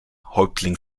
häuptling